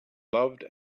loved